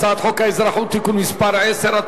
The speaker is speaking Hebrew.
הצעת חוק האזרחות (תיקון מס' 10),